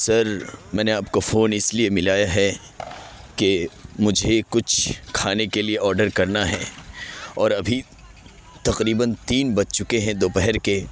سر میں نے آپ کو فون اس لیے ملایا ہے کہ مجھے کچھ کھانے کے لیے آڈر کرنا ہے اور ابھی تقریباً تین بج چکے ہیں دوپہر کے